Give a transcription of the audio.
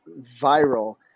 viral